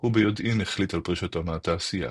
הוא ביודעין החליט על פרישתו מהתעשייה.